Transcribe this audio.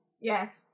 Yes